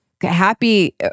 happy